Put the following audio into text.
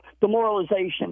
demoralization